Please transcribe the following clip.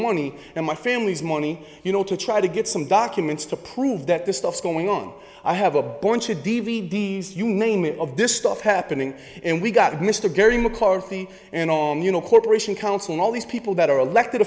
money and my family's money you know to try to get some documents to prove that this stuff going on i have a bunch of d v d s you name it of this stuff happening and we got mr gary mccarthy and on you know corporation counsel and all these people that are elected